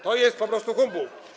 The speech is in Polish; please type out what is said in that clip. To jest po prostu humbug.